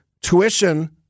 tuition